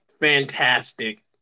Fantastic